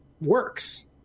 works